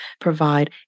provide